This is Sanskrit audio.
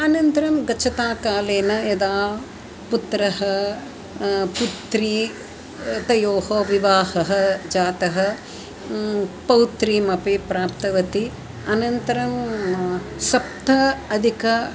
अनन्तरं गच्छता कालेन यदा पुत्रः पुत्री तयोः विवाहः जातः पौत्रीम् अपि प्राप्तवती अनन्तरं सप्ताधिक